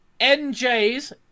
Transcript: NJ's